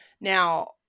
now